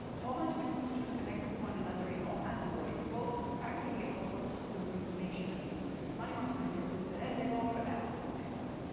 a whole bunch of institutions connected to one another in all kinds of ways, both contractually and also sort of informationally. here's a money market finance, ah here's this, and they all collapse at the same time,